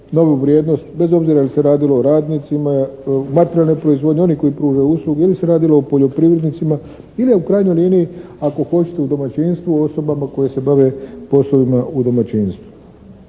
novu vrijednost bez obzira jel' se radilo o radnicima materijalne proizvodnje, oni koji pružaju usluge ili se radilo o poljoprivrednicima ili u krajnjoj liniji ako hoćete u domaćinstvu osobama koje se bave poslovima u domaćinstvu?